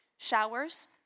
Showers